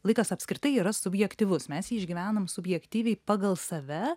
laikas apskritai yra subjektyvus mes jį išgyvenam subjektyviai pagal save